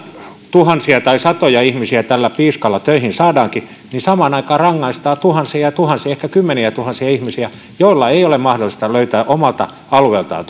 tuhansia tai satoja ihmisiä töihin saadaankin niin samaan aikaan rangaistaan tuhansia ja ja tuhansia ehkä kymmeniätuhansia ihmisiä joilla ei ole mahdollisuutta löytää omalta alueeltaan